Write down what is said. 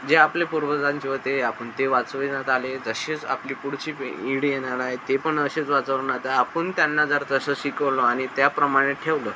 जे आपले पूर्वजांचे होते आपण ते वाचविण्यात आले जसेच आपली पुढची पिढी येणार हाय ते पण असेच वाचवना आता आपण त्यांना जर तसं शिकवलं आणि त्याप्रमाणे ठेवलं